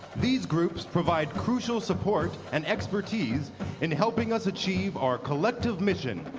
these groups provide crucial support and expertise in helping us achieve our collective mission.